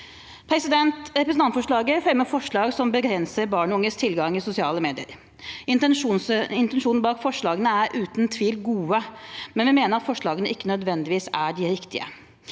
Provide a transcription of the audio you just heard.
Representantforslaget fremmer forslag som begrenser barn og unges tilgang til sosiale medier. Intensjonen bak forslagene er uten tvil gode, men vi mener at forslagene ikke nødvendigvis er de riktige.